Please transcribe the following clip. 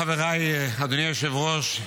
חבריי, אדוני היושב-ראש,